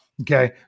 Okay